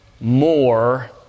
More